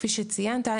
כפי שציינת,